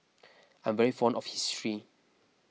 I'm very fond of history